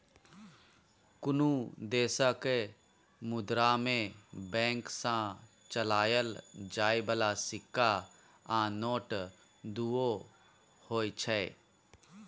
कुनु देशक मुद्रा मे बैंक सँ चलाएल जाइ बला सिक्का आ नोट दुओ होइ छै